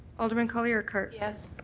alderman colley-urquhart? yes.